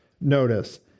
notice